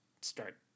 start